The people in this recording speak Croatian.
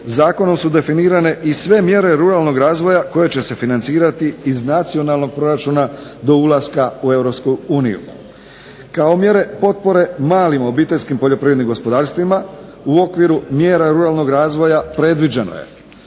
zakonom su definirane i sve mjere ruralnog razvoja koje će se financirati iz nacionalnog proračuna do ulaska u EU. Kao mjere potpore malim OPG u okviru mjera ruralnog razvoja predviđeno je